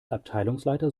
abteilungsleiter